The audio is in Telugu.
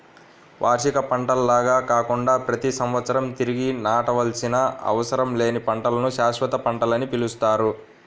వార్షిక పంటల్లాగా కాకుండా ప్రతి సంవత్సరం తిరిగి నాటవలసిన అవసరం లేని పంటలను శాశ్వత పంటలని పిలుస్తారు